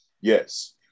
Yes